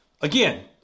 again